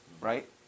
right